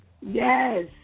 Yes